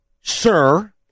sir